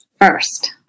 first